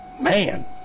Man